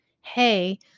Hey